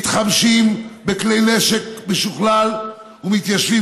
מתחמשים בכלי נשק משוכללים ומתיישבים